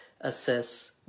assess